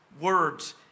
words